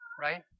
right